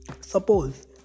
suppose